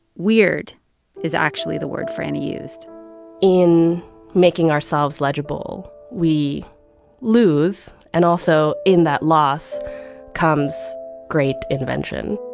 weird is actually the word franny used in making ourselves legible, we lose. and also, in that loss comes great intervention